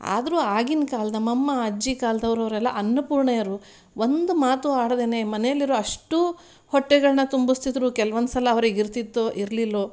ಆದರು ಆಗಿನ ಕಾಲದ ನಮ್ಮಅಮ್ಮ ಅಜ್ಜಿ ಕಾಲದವ್ರು ಅವರೆಲ್ಲ ಅನ್ನಪೂರ್ಣೆಯರು ಒಂದು ಮಾತು ಆಡ್ದೇ ಮನೆಯಲ್ಲಿರೋ ಅಷ್ಟೂ ಹೊಟ್ಟೆಗಳನ್ನ ತುಂಬಿಸ್ತಿದ್ರು ಕೆಲವೊಂದುಸಲ ಅವರಿಗೆ ಇರ್ತಿತ್ತೊ ಇರಲಿಲ್ವೋ